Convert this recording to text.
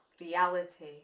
reality